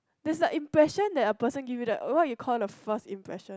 there's like impression that a person give you that a lot you call the first impression